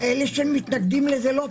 אבל אלה שמתנגדים לזה לא פה.